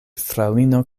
fraŭlino